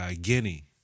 Guinea